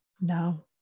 no